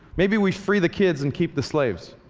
maybe we free the kids and keep the slaves.